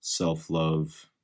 self-love